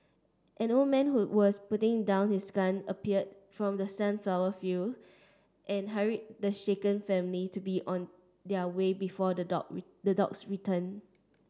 an old man who was putting down his gun appeared from the sunflower field and hurried the shaken family to be on their way before the dog the dogs return